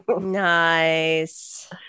Nice